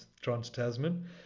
Trans-Tasman